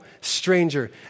stranger